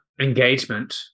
engagement